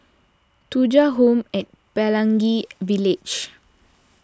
Thuja Home at Pelangi Village